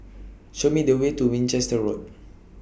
Show Me The Way to Winchester Road